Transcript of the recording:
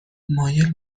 مایل